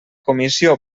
comissió